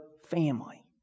family